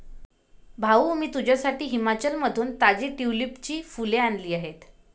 भाऊ, मी तुझ्यासाठी हिमाचलमधून ताजी ट्यूलिपची फुले आणली आहेत